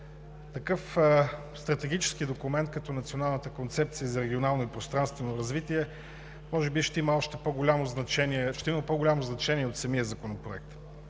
такъв стратегически документ като Националната концепция за регионално и пространствено развитие може би ще има по-голямо значение от самия законопроект.